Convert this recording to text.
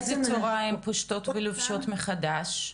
איזו צורה הן פושטות ולובשות מחדש?